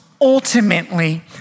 ultimately